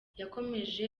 yakomeje